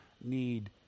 need